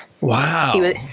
Wow